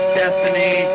destiny